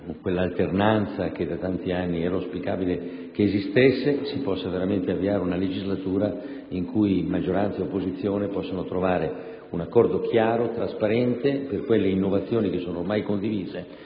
quell'alternanza che da tanti anni era auspicabile e si avvii veramente una legislatura in cui maggioranza e opposizione possano trovare un accordo, chiaro, trasparente, per quelle innovazioni che sono ormai condivise